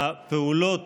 חברת